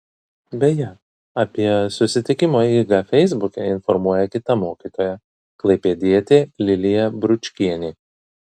beje apie susitikimo eigą feisbuke informuoja kita mokytoja klaipėdietė lilija bručkienė